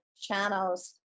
channels